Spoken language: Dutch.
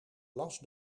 las